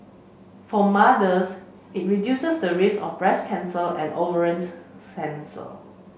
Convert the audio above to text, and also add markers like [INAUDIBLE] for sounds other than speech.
for mothers it reduces the risk of breast cancer and ovarian [UNINTELLIGIBLE]